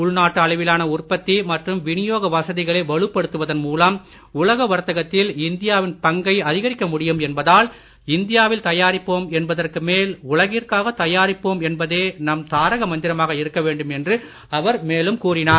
உள் நாட்டு அளவிலான உற்பத்தி மற்றும் விநியோக வசதிகளை வலுப்படுத்துவதன் மூலம் உலக வர்த்தகத்தில் இந்தியாவின் பங்கை அதிகரிக்க முடியும் என்பதால் இந்தியாவில் தயாரிப்போம் என்பதற்கு மேல் உலகிற்காக தயாரிப்போம் என்பதே நம் தாரக மந்திரமாக இருக்க வேண்டும் என்று அவர் மேலும் கூறினார்